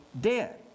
dead